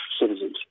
citizens